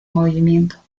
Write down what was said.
movimiento